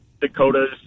dakotas